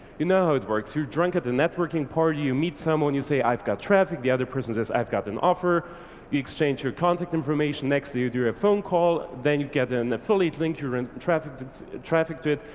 you know how it works, you drank at the networking party, you meet someone, you say, i've got traffic, the other person says, i've got an offer. you exchange your contact information, next to you do a phone call, call, then you get an affiliate link, you're in traffic that's traffic to it,